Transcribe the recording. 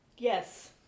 yes